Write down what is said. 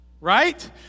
right